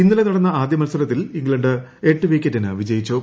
ഇന്നലെ നടന്ന ആദ്യ മത്സരത്തിൽ ഇംഗ്ലണ്ട് എട്ട് വിക്കറ്റിന് വിജയച്ചു